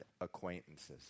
acquaintances